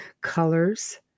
colors